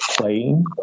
playing